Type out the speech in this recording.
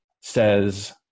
says –